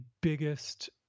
biggest